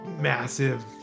massive